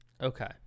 Okay